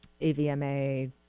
AVMA